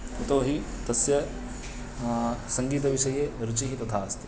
यतोहि तस्य सङ्गीतविषये रुचिः तथा अस्ति